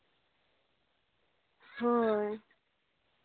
ᱦᱳᱭ